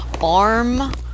arm